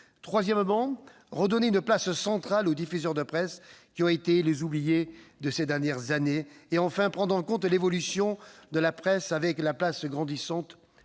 troisièmement, redonner une place centrale aux diffuseurs de presse, les oubliés de ces dernières années ; quatrièmement, et enfin, prendre en compte l'évolution de la presse, avec la place grandissante